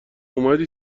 اومد